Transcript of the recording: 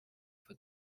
for